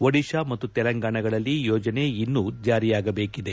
ಒಡಿಶಾ ಮತ್ತು ತೆಲಂಗಾಣಗಳಲ್ಲಿ ಯೋಜನೆ ಇನ್ನೂ ಜಾರಿಯಾಗಬೇಕಿದೆ